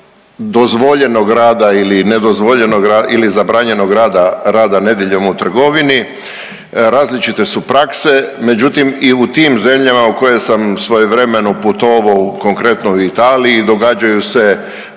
dozvoljenog rada ili nedozvoljenog ili zabranjenog rada nedjeljom u trgovinu. Različite su prakse, međutim i u tim zemljama u kojim sam svojevremeno putovao konkretno u Italiji događaju se,